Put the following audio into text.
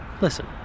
listen